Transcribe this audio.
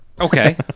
Okay